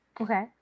Okay